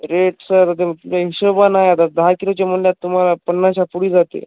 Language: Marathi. रेट सर ते हिशोब नाही आता दहा किलोची म्हणलात तुम्हाला पन्नासच्या पुढे जाते